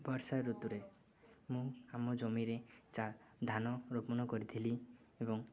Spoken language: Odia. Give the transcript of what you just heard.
ବର୍ଷା ଋତୁରେ ମୁଁ ଆମ ଜମିରେ ଚା ଧାନ ରୋପଣ କରିଥିଲି ଏବଂ